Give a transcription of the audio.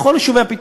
בכל יישובי הפיתוח,